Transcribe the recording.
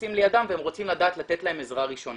קורסים לידם והם רוצים לתת להם עזרה ראשונה.